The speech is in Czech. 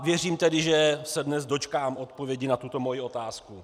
Věřím, že se dnes dočkám odpovědi na tuto svoji otázku.